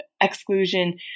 exclusion